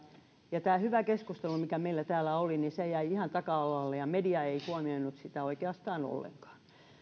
ja tämä hyvä keskustelu mikä meillä täällä oli jäi ihan taka alalle ja media ei huomioinut sitä oikeastaan ollenkaan